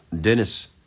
Dennis